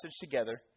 together